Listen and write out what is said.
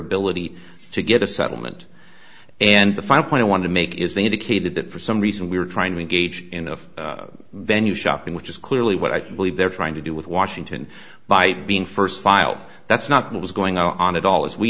ability to get a settlement and the final point i want to make is they indicated that for some reason we were trying to engage in of venue shopping which is clearly what i believe they're trying to do with washington by being first filed that's not what was going on at all as we